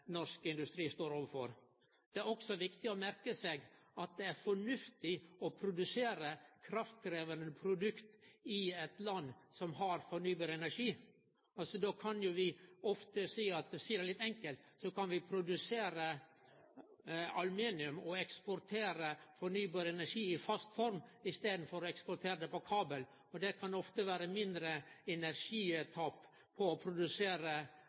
norsk industri står overfor. Det er også viktig å merke seg at det er fornuftig å produsere kraftkrevjande produkt i eit land som har fornybar energi. For å seie det litt enkelt: Då kan vi produsere aluminium og eksportere fornybar energi i fast form, i staden for å eksportere energi på kabel. Det kan ofte vere mindre energitap å produsere